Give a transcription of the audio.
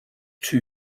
too